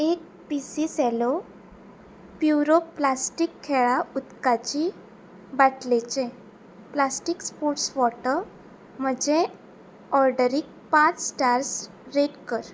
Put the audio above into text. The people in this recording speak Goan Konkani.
एक पी सी सॅलो प्युरो प्लास्टीक खेळा उदकाची बाटलेचें प्लास्टीक स्पोर्ट्स वॉटर म्हजें ऑर्डरीक पांच स्टार्स रेट कर